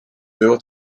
było